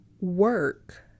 Work